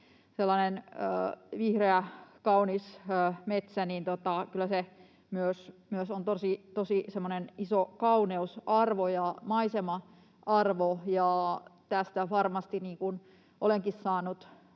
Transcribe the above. sellainen vihreä, kaunis metsä on myös semmoinen iso kauneusarvo ja maisema-arvo, ja tästä olenkin saanut